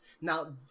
Now